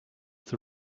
the